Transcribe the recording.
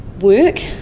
work